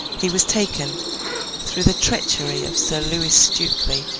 he was taken through the treachery of sir lewis stukely,